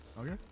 Okay